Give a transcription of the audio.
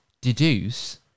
deduce